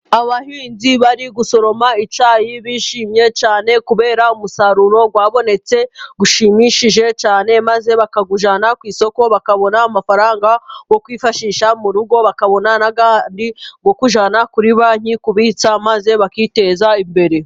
Abahinzi bari gusoroma icyayi bishimye cyane kubera umusaruro wabonetse ushimishije cyane maze bakawujyana ku isoko bakabona amafaranga yo kwifashisha mu rugo, bakabona n'ayandi yo kujyana kuri banki kubitsa maze bakiteza imbere.